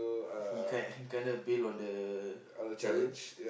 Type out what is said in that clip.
he kind he kinda bail on the challenge